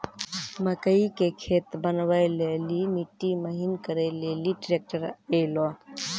मकई के खेत बनवा ले ली मिट्टी महीन करे ले ली ट्रैक्टर ऐलो?